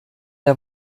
der